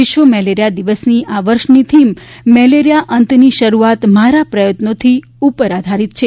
વિશ્વ મેલેરિયા દિવસની આ વર્ષની થીમ મેલેરિયા અંતની શરૂઆત મારા પ્રયત્નોથી ઉપર આધારિત છે